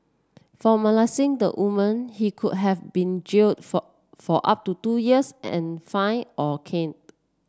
for molesting the woman he could have been jailed for for up to two years and fined or caned